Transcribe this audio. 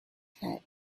had